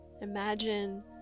Imagine